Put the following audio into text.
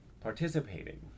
participating